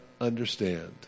understand